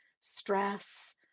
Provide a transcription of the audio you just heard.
stress